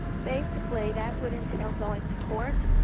basically, that would entail going to court,